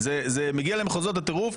זה מגיע למחוזות הטירוף,